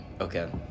Okay